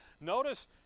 Notice